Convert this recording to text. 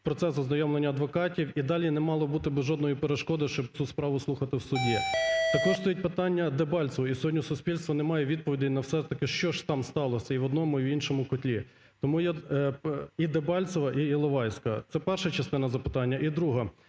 процес ознайомлення адвокатів і далі не мало би бути жодної перешкоди, щоб цю справу слухати в суді. Також стоїть питання Дебальцевого, і сьогодні суспільство не має відповідей, все ж таки, що там сталося, і в одному, і в іншому котлі: і Дебальцевого, і Іловайська. Це перша частина запитання. І друга.